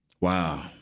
Wow